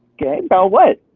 kay, about what?